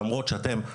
למרות שאתם,